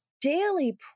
daily